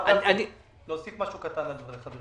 ברשותך, אם אפשר להוסיף משהו קטן על דבריך.